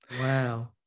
Wow